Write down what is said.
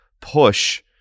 push